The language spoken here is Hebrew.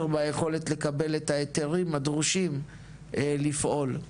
ביכולת לקבל את ההיתרים הדרושים לפעול.